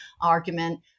argument